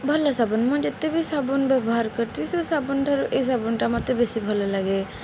ଭଲ ସାବୁନ ମୁଁ ଯେତେ ବି ସାବୁନ ବ୍ୟବହାର କରିଥିବି ସେ ସାବୁନ ଠାରୁ ଏହି ସାବୁନଟା ମୋତେ ବେଶୀ ଭଲ ଲାଗେ